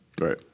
Right